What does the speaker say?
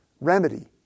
remedy